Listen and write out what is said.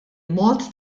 mod